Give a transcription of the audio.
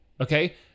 okay